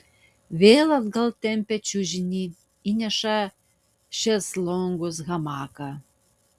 vėl atgal tempia čiužinį įneša šezlongus hamaką